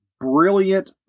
brilliant